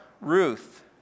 Ruth